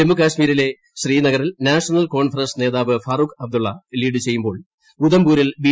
ജമ്മുകാശ്മീരിലെ ശ്രീ നഗറിൽ നാഷണൽ കോൺഫറൻസ് നേതാവ് ഫാറൂഖ് അബ്ദുളള ലീഡ് ചെയ്യുമ്പോൾ ഉദംപൂരിൽ ബി